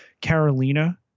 Carolina